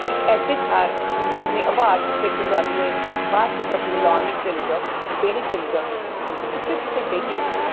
इक ऐसे थाह्र अपने हवा जित्थै झुल्ला दी होऐ बाह्र तुस अपने लान च चली जाओ बेह्ड़ै चली जाओ तुस उत्थै तुसें बेहियै